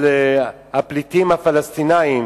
של הפליטים הפלסטינים,